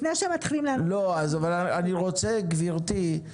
לנושאים שמעניינים את הוועדה יוצגו כאן דרך הצד האופרטיבי.